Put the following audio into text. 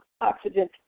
oxygen